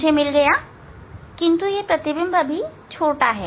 मुझे मिल गया परंतु यह छोटा है